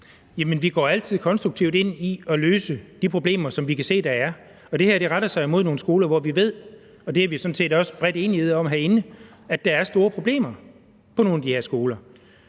vi går altid konstruktivt ind i at løse de problemer, som vi kan se der er, og det her retter sig imod nogle af de skoler, hvor vi ved – og det er der sådan set også bred enighed om herinde – at der er store problemer. Og ja, hvis